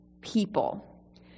people